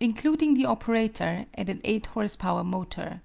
including the operator and an eight horse-power motor